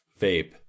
vape